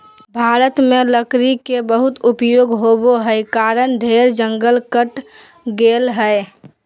भारत में लकड़ी के बहुत उपयोग होबो हई कारण ढेर जंगल कट गेलय हई